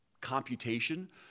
computation